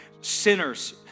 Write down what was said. Sinners